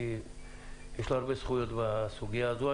כי יש לו הרבה זכויות בסוגיה הזו.